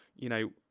you know,